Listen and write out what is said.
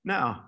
Now